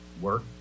work